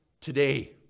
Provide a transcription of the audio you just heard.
today